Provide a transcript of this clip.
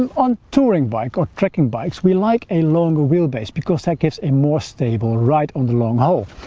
um on touring bikes or trekking bikes we like a longer wheelbase because that gives a more stable right on the long haul.